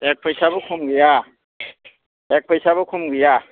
एक फैसाबो खम गैया एक फैसाबो खम गैया